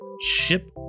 ship